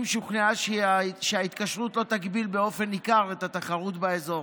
אם שוכנעה שההתקשרות לא תגביל באופן ניכר את התחרות באזור.